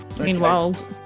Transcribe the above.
Meanwhile